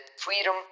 freedom